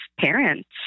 parents